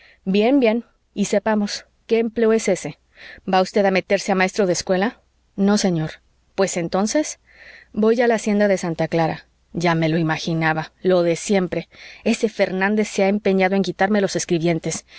bien bien y sepamos qué empleo es ese va usted a meterse a maestro de escuela no señor pues entonces voy a la hacienda de santa clara ya me lo imaginaba lo de siempre ese fernández se ha empeñado en quitarme los escribientes